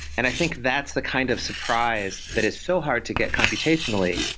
and i think that's the kind of surprise that is so hard to get computationally,